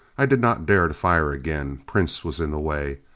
i did not dare fire again. prince was in the way.